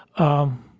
um,